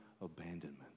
abandonment